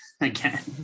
again